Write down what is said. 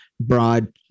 broad